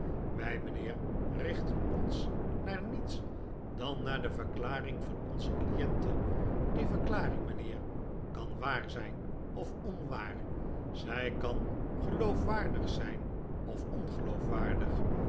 wij mijnheer richten ons naar niets dan naar de verklaring van onze cliente die verklaring mijnheer kan waar zijn of onwaar zij kan geloofwaardig zijn of ongeloofwaardig